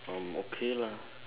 um okay lah